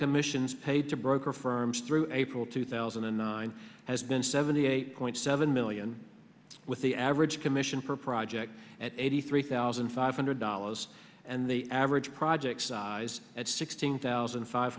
commissions paid to broker firms through april two thousand and nine has been seventy eight point seven million with the average commission for project at eighty three thousand five hundred dollars and the average project size at sixteen thousand five